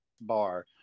bar